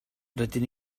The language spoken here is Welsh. rydyn